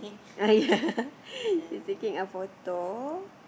uh ya he's taking a photo